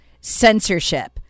censorship